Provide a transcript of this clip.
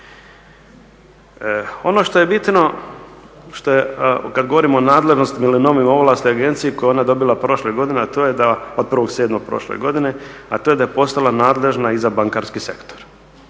Ono što je bitno kad govorimo o nadležnosti ili novim ovlastima agencije koje je ona dobila prošle godine, a to je da od 1.7. prošle godine, a to je da je postala nadležna i za bankarski sektor